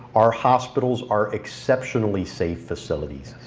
our hospitals are exceptionally safe facilities.